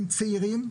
הם צעירים,